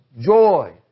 joy